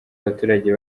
abaturage